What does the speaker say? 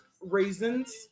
raisins